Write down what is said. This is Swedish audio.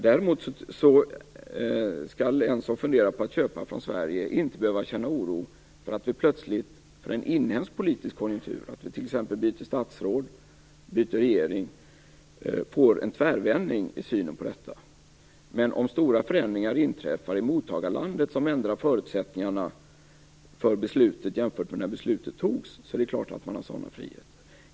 Däremot skall länder som funderar på att köpa från Sverige inte behöva känna oro för att vi plötsligt beroende på en inhemsk politisk konjunktur, att vi t.ex. byter statsråd eller regering, får en tvärvändning i synen på detta. Men om stora förändringar inträffar i mottagarlandet som ändrar förutsättningarna för beslutet jämfört med när beslutet fattades är det klart att man har sådana friheter.